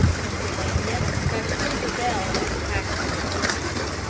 pennsylvania especially rebelled at the tax on this grocery,